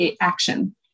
action